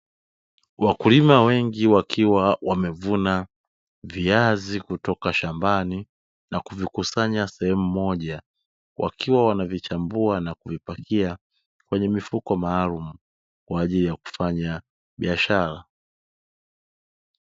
Wakulima wengi wakiwa wamevuna viazi kutoka shambani na kuvikusanya sehemu moja wakiwa wanavichambua na kuvipakia kwenye mifuko maalumu kwa ajili ya kufanya biashara.